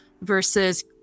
versus